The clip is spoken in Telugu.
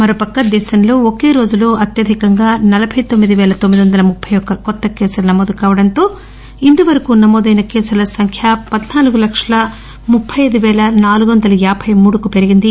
మరోపక్క దేశంలో ఒకే రోజులో అత్యధికంగా నలభై తొమ్మిది పేల తొమ్మిది వందల ముప్పై ఒక్క కొత్త కేసులు నమోదు కావడంతో ఇంతవరకు నమోదైన కేసుల సంఖ్య పద్పాలుగు లక్షల ముప్పై ఐదు పేల నాలుగు వందల యాబై మూడుకు పెరిగింది